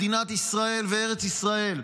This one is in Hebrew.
מדינת ישראל וארץ ישראל.